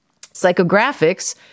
Psychographics